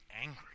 angry